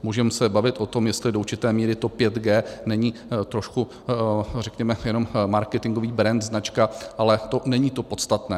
Můžeme se bavit o tom, jestli do určité míry to 5G není trošku, řekněme, jenom marketingový brand, značka, ale to není to podstatné.